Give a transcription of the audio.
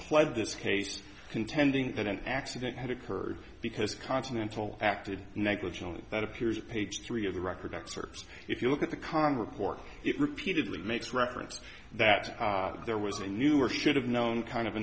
played this case contending that an accident had occurred because continental acted negligently that appears page three of the record excerpt if you look at the con report it repeatedly makes reference that there was a new or should have known kind of